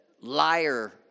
liar